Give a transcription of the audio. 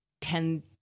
ten